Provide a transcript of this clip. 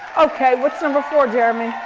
okay, what's number four, jeremy?